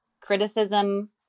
criticism